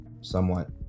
somewhat